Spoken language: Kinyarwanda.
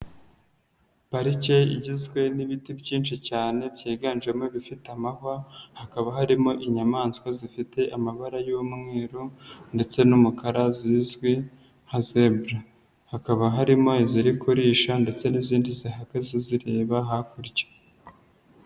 Parike igizwe n'ibiti byinshi cyane byiganjemo ibifite amahwa hakaba harimo inyamaswa zifite amabara y'umweru ndetse n'umukara zizwi nka zebra, hakaba harimo iziri kurisha ndetse n'izindi zihagaze zireba hakurya.